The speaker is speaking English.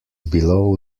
below